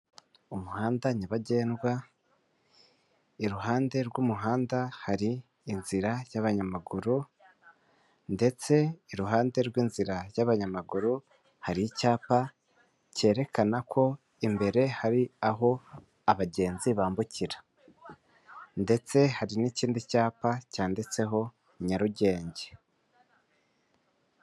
Umuhanda nyabagendwa ,iruhande rw'umuhanda hari inzira y'abanyamaguru, ndetse iruhande rw'inzira y'abanyamaguru hari icyapa cyerekana ko imbere hari aho abagenzi bambukira, ndetse hari n'ikindi cyapa cyanditseho Nyarugenge.